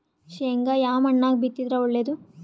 ಶೇಂಗಾ ಯಾ ಮಣ್ಣಾಗ ಬಿತ್ತಿದರ ಒಳ್ಳೇದು?